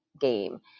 game